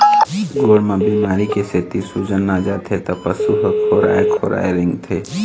गोड़ म बेमारी के सेती सूजन आ जाथे त पशु ह खोराए खोराए रेंगथे